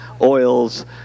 oils